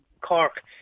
Cork